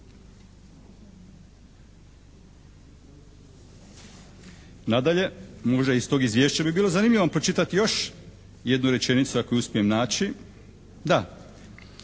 Nadalje možda iz tog izvješća bi bilo zanimljivo pročitati još jednu rečenicu koju uspijem naći. Da.